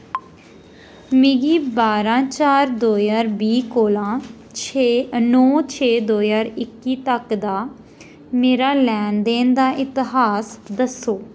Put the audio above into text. मिगी बारां चार दो ज्हार बीह् कोला छे नौ छे दो ज्हार इक्की तक दा मेरा लैन देन दा इतिहास दस्सो